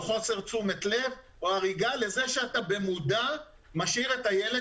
חוסר תשומת לב או הריגה לזה שאתה במודע משאיר את הילד